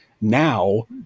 Now